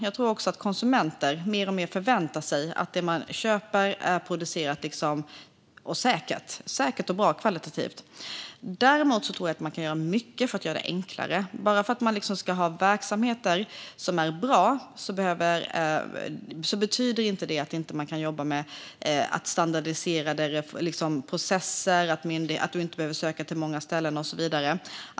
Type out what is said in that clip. Jag tror också att konsumenter mer och mer förväntar sig att det man köper är producerat säkert och av bra kvalitet. Däremot tror jag att man kan göra mycket för att göra det enklare. Bara för att man ska ha verksamheter som är bra betyder det inte att man inte kan jobba med standardiserade processer, att man behöver söka hos många ställen och så vidare.